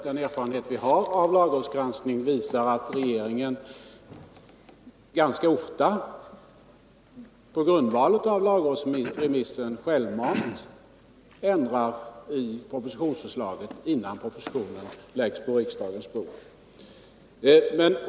Den erfarenhet vi har av lagrådsgranskning visar att regeringen ganska ofta på grundval av lagrådsremissen självmant ändrar i förslaget innan propositionen läggs på riksdagens bord.